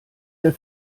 der